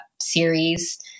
Series